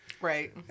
Right